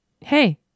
Hey